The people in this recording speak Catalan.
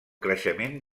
creixement